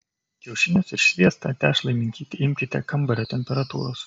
kiaušinius ir sviestą tešlai minkyti imkite kambario temperatūros